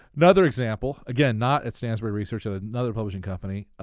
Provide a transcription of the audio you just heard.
another example, again, not at stansberry research, at at another publishing company.